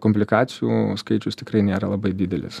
komplikacijų skaičius tikrai nėra labai didelis